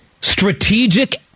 strategic